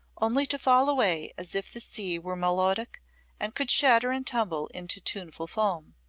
only to fall away as if the sea were melodic and could shatter and tumble into tuneful foam!